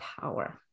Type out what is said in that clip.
power